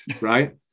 right